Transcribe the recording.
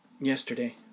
Yesterday